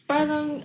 Parang